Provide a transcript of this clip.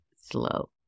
slow